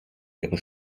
ihre